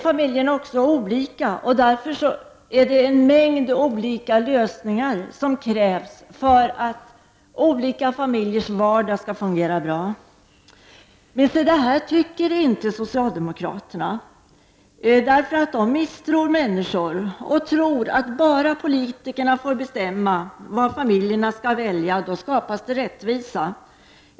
Familjerna är olika och därför krävs det en mängd olika lösningar för att deras vardag skall fungera bra. Men så tycker inte socialdemokraterna. De misstror människor och tror att om bara politiker får bestämma vad familjerna skall välja så skapas det rättvisa.